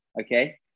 okay